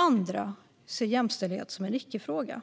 Andra ser jämställdhet som en icke-fråga.